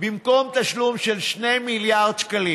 במקום תשלום של 2 מיליארד שקלים